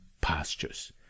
pastures